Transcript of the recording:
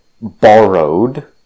borrowed